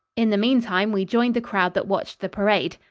in the meantime we joined the crowd that watched the parade.